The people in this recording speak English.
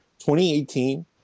2018